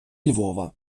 львова